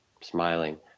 smiling